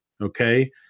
Okay